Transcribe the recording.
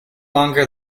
longer